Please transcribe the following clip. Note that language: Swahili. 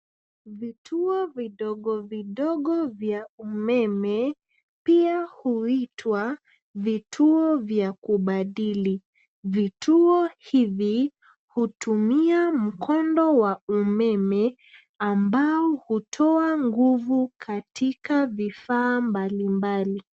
Vituo vidogo vidogo vya umeme pia huitwa vituo vya kubadili. Vituo hivi hutumia mkondo wa umeme ambao hutoa nguvu katika vifaa mbali mbali.